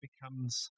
becomes